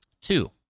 Two